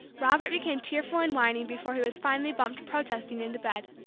robert became tearful and whining before he was finally bumped protesting into bed.